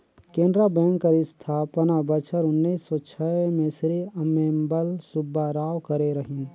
Canara bank कर अस्थापना बछर उन्नीस सव छय में श्री अम्मेम्बल सुब्बाराव करे रहिन